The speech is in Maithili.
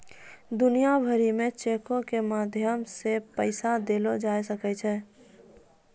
दुनिया भरि मे चेको के माध्यम से पैसा देलो जाय सकै छै